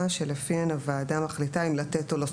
שלפיהן הוועדה מחליטה אם לתת או לא.